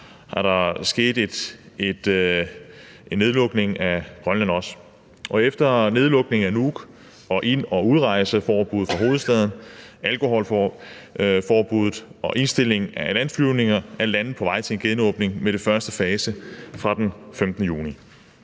der også sket en nedlukning af Grønland. Efter nedlukningen af Nuuk, ind- og udrejseforbud for hovedstaden, alkoholforbud og indstilling af landflyvninger er landet på vej til en genåbning med den første fase fra den 15. juni.